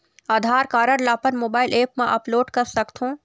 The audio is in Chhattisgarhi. आधार कारड ला अपन मोबाइल ऐप मा अपलोड कर सकथों?